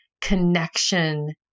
connection